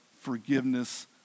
forgiveness